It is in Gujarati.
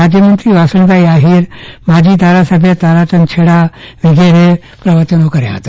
રાજ્યમંત્રી વાસણભાઈ આહિર માજી ધારાસભ્ય તારાચંદભાઈ છેડા વગેરે પ્રવચનો કર્યા હતા